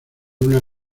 una